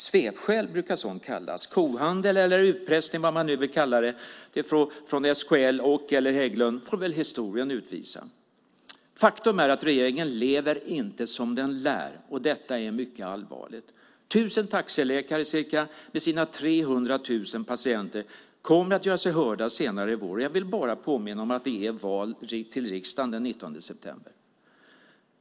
Svepskäl brukar sådant kallas. Om det är kohandel, utpressning eller vad man nu vill kalla det från SKL och/eller Hägglund får väl historien utvisa. Faktum är att regeringen inte lever som den lär. Detta är mycket allvarligt. 1 000 taxeläkare med sina 300 000 patienter kommer att göra sig hörda senare i vår. Jag vill bara påminna om att det är val till riksdagen den 19 september.